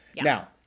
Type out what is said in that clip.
Now